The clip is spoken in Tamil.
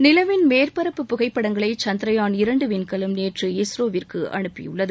நிலவின் மேற்பரப்பு புகைப்படங்களை சந்திரயான் இரண்டு விண்கலம் நேற்று இஸ்ரோவிற்கு அனுப்பியுள்ளது